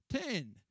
Ten